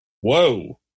Whoa